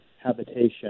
habitation